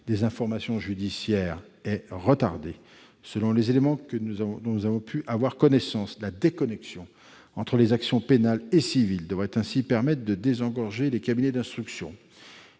des informations judiciaires est retardé. Selon les éléments dont nous avons pu avoir connaissance, la déconnexion entre les actions pénale et civile devrait permettre de désengorger les cabinets d'instruction